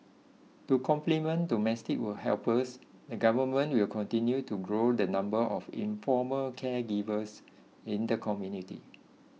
to complement domestic will helpers the government will continue to grow the number of informal caregivers in the community